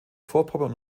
vorpommern